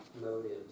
motives